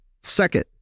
Second